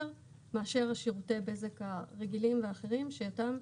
מאשר שירותי הבזק הרגילים והאחרים שאותם,